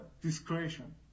discretion